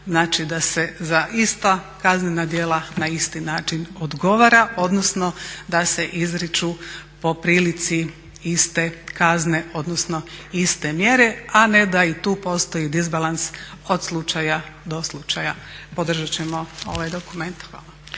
Znači da se za ista kaznena djela na isti način odgovara, odnosno sa se izriču po prilici iste kazne, odnosno iste mjere, a ne da i tu postoji disbalans od slučaja do slučaja. Podržat ćemo ovaj dokument. Hvala.